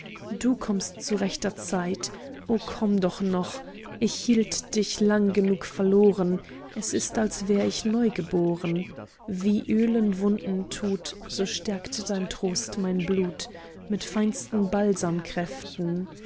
du kommst zu rechter zeit o komm doch noch ich hielt dich lang genug verloren es ist als wär ich neugeboren wie öl in wunden tut so stärkt dein trost mein blut mit feinsten balsamkräften